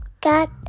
Got